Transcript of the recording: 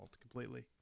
completely